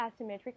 asymmetric